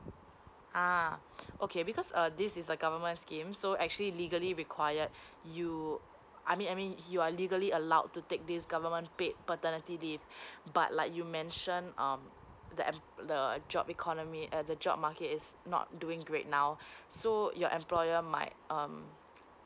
ah okay because uh this is a government scheme so actually legally required you I mean I mean if you are legally allowed to take this government paid paternity leave but like you mention um the emp~ the job economy err the job market is not doing great now so your employer might um